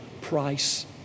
price